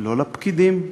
לא לפקידים,